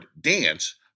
dance